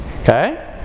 Okay